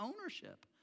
ownership